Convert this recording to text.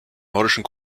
nordischen